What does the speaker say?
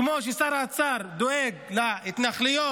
כמו ששר האוצר דואג להתנחלויות,